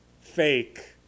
fake